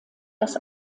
das